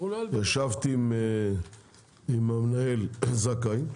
ישבתי עם המנהל זכאי,